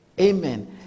Amen